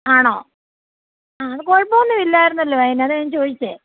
ആണോ അത് കുഴപ്പം ഒന്നും ഇല്ലായിരുന്നല്ലോ അതിന് അതാണ് ഞാൻ ചോദിച്ചത്